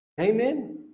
Amen